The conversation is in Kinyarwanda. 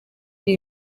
iri